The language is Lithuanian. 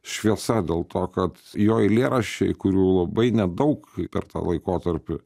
šviesa dėl to kad jo eilėraščiai kurių labai nedaug per tą laikotarpį